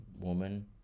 woman